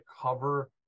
cover